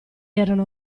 erano